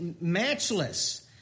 matchless